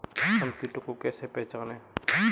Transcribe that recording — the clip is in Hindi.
हम कीटों को कैसे पहचाने?